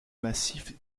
massif